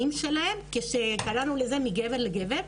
שלהם וקראנו להדרכה הזו "מגבר אל גבר".